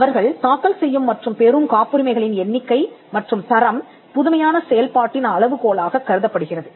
அவர்கள் தாக்கல் செய்யும் மற்றும் பெறும் காப்புரிமைகளின் எண்ணிக்கை மற்றும் தரம் புதுமையான செயல்பாட்டின் அளவுகோலாகக் கருதப்படுகிறது